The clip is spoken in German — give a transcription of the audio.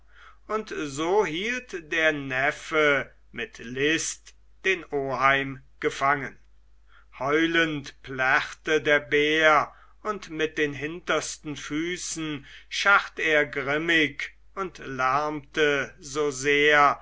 und so hielt der neffe mit list den oheim gefangen heulend plärrte der bär und mit den hintersten füßen scharrt er grimmig und lärmte so sehr